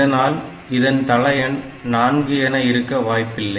இதனால் இதன் தளஎண் 4 என இருக்க வாய்ப்பில்லை